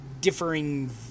differing